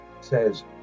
says